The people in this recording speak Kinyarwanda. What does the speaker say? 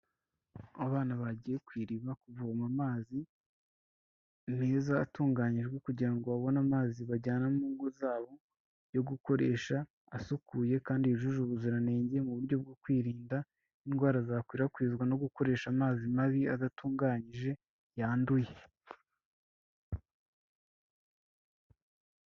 Abana bagiye ku iriba kuvoma amazi meza atunganyijwe kugira ngo babone amazi bajyana mu ngo zabo yo gukoresha, asukuye kandi yujuje ubuziranenge mu buryo bwo kwirinda indwara zakwirakwizwa no gukoresha amazi mabi adatunganyije, yanduye.